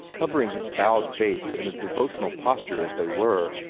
covering his bowed face in a devotional posture as they were,